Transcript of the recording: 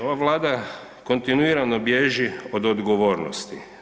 Ova vlada kontinuirano bježi od odgovornosti.